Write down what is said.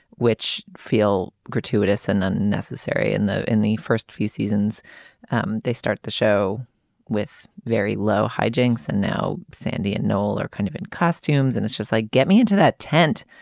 which feel gratuitous and unnecessary and in the first few seasons um they start the show with very low high jinks and now sandy and noel are kind of in costumes and it's just like get me into that tent.